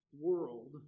world